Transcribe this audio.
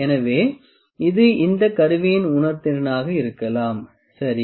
எனவே இது இந்த கருவியின் உணர்திறனாக இருக்கலாம் சரி